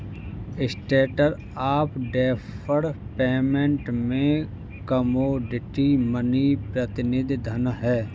standard of deferred payment में commodity money प्रतिनिधि धन हैं